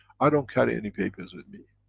i don't carry any papers with me.